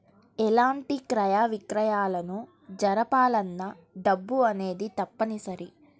ఎలాంటి క్రయ విక్రయాలను జరపాలన్నా డబ్బు అనేది తప్పనిసరి